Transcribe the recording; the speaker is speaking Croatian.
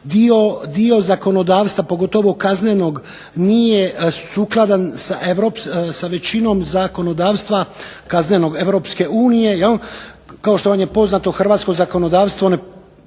dio zakonodavstva, pogotovo kaznenog nije sukladan sa većinom zakonodavstva kaznenog Europske unije jel, kao što vam je poznato hrvatsko zakonodavstvo ne